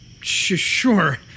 Sure